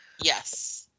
yes